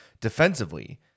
defensively